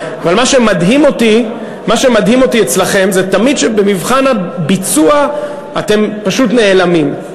אבל מה שמדהים אותי אצלכם זה שתמיד במבחן הביצוע אתם פשוט נעלמים,